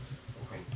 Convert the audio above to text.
what kind